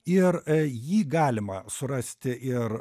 ir jį galima surasti ir